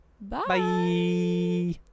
Bye